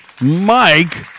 Mike